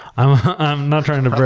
i'm not trying to